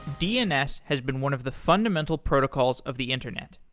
dns has been one of the fundamental protocols of the internet.